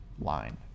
line